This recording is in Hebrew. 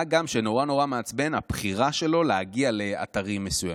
מה גם שנורא נורא מעצבנת הבחירה שלו להגיע לאתרים מסוימים.